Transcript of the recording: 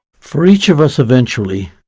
for each of us eventually,